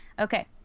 Okay